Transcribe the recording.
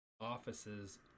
offices